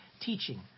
teaching